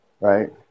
right